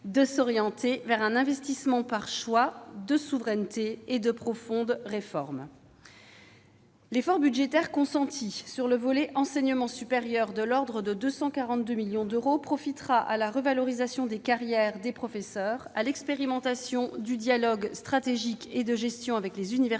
de s'orienter vers « un investissement, par choix de souveraineté, et de profondes réformes !» L'effort budgétaire consenti dans le volet « Enseignement supérieur », de l'ordre de 242 millions d'euros, servira à la revalorisation des carrières de professeurs, à l'expérimentation du dialogue stratégique et de gestion avec les universités,